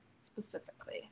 specifically